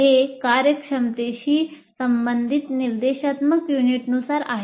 हे कार्यक्षमतेशी संबंधित निर्देशात्मक युनिट्सनुसार आहे